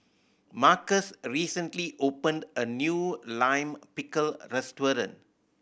Marcus recently opened a new Lime Pickle restaurant